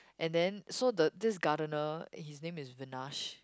and then so the this gardener his name is Vinash